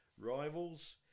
rivals